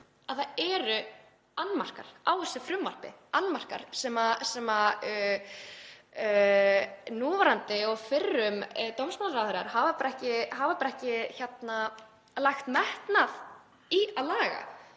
að það eru annmarkar á þessu frumvarpi, annmarkar sem núverandi og fyrrum dómsmálaráðherrar hafa bara ekki lagt metnað í að laga,